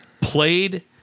played